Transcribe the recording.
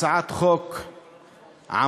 הצעת חוק עמונה,